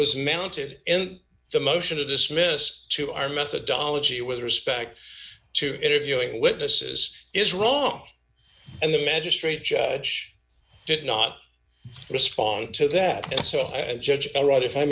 was mounted in the motion to dismiss to our methodology with respect to interviewing witnesses is wrong and the magistrate judge did not respond to that and so and judge all right if i